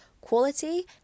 quality